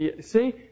See